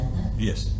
Yes।